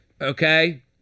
Okay